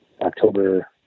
October